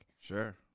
Sure